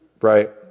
Right